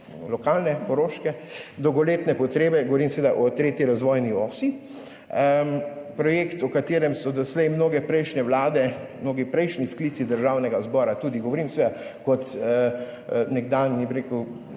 lokalne, koroške dolgoletne potrebe, govorim seveda o 3. razvojni osi. Projekt, o katerem so doslej mnoge prejšnje vlade, mnogi prejšnji sklici Državnega zbora – govorim seveda tudi kot nekdanji del neke